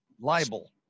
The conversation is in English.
libel